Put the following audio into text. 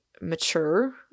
mature